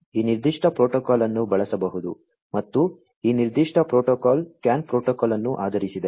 ಈ ನಿರ್ದಿಷ್ಟ ಪ್ರೋಟೋಕಾಲ್ ಅನ್ನು ಬಳಸಬಹುದು ಮತ್ತು ಈ ನಿರ್ದಿಷ್ಟ ಪ್ರೋಟೋಕಾಲ್ CAN ಪ್ರೋಟೋಕಾಲ್ ಅನ್ನು ಆಧರಿಸಿದೆ